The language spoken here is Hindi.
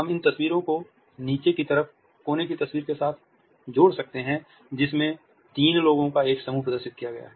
हम इन तस्वीरों को नीचे की तरफ कोने की तस्वीर के साथ जोड़ सकते हैं जिसमें तीन लोगों का एक समूह प्रदर्शित किया गया है